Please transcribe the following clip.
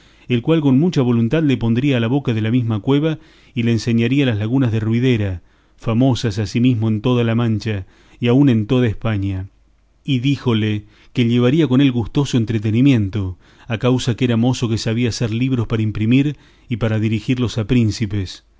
el cual con mucha voluntad le pondría a la boca de la mesma cueva y le enseñaría las lagunas de ruidera famosas ansimismo en toda la mancha y aun en toda españa y díjole que llevaría con él gustoso entretenimiento a causa que era mozo que sabía hacer libros para imprimir y para dirigirlos a príncipes